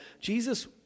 Jesus